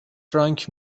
فرانک